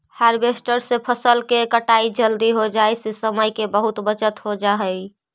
harvester से फसल के कटाई जल्दी हो जाई से समय के बहुत बचत हो जाऽ हई